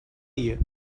you